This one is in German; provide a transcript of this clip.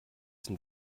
sind